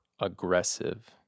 aggressive